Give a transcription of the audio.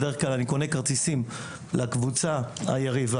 אני בדרך כלל קונה כרטיסים לקבוצה היריבה.